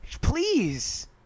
Please